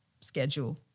schedule